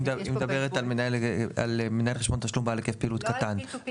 היא מדברת על מנהל חשבון תשלום בעל היקף פעילות קטן,